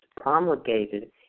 promulgated